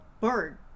bird